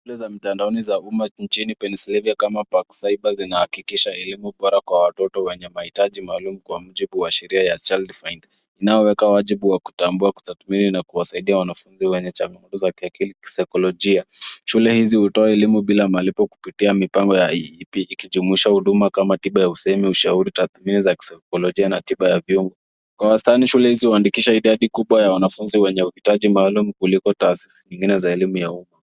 Shule za mtandaoni za umma nchini Pennyslyvania kama Park Cyber zinahakikisha elimu bora kwa watoto wenye mahitaji maalum kwa mujibu wa sheria ya Child Fine; inayoweka wajibu wa kutambua, kutathmini na kuwasaidia wanafunzi wenye changamoto za kiakili, kisaikolojia. Shule hizi hutoa elimu bila malipo kupitia mipango ya IP ikijumuisha huduma kama tiba ya usemi, ushauri, tathmini za kisaikolojia na tiba ya viungo. Kwa wastani shule hizi huandikisha idadi kubwa ya wanafunzi wenye uhitaji maalum kuliko taasisi zingine za elimu ya umma.